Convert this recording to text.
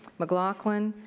mclaughlin,